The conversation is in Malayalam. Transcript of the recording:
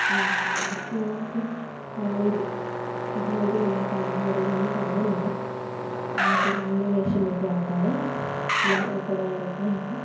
ആ നേരം പിന്നേ മാവേലി മഹാബലി നമ്മളെ കാണാൻ വരും എന്നാണ് പറയുന്നത് പിന്നെ അങ്ങനെ വേഷംകെട്ടും ആൾക്കാർ ലൗ കുടവയറൊക്കെയായിട്ട്